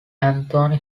anthony